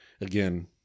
again